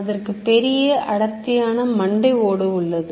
அதற்கு பெரிய அடர்த்தியான மண்டை ஓடு உள்ளது